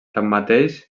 tanmateix